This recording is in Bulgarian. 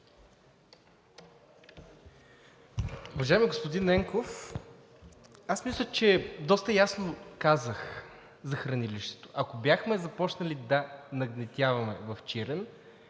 Уважаеми господин Ненков, аз мисля, че доста ясно казах за хранилището. Ако бяхме започнали да нагнетяваме в Чирен,